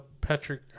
Patrick